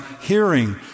hearing